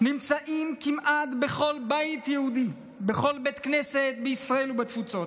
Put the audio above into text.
נמצאים כמעט בכל בית יהודי ובכל בית כנסת בישראל ותפוצות.